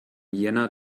jänner